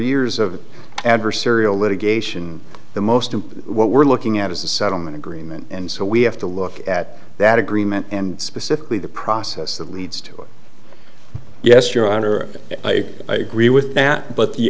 years of adversarial litigation the most of what we're looking at is a settlement agreement and so we have to look at that agreement and specifically the process that leads to yes your honor i agree with that but the